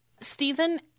Stephen